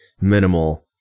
minimal